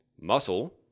Muscle